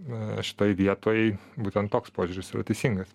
na šitoj vietoj būtent toks požiūris yra teisingas